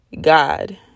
God